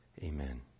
Amen